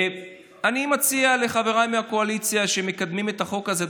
אני מציע לחבריי מהקואליציה שמקדמים את החוק הזה,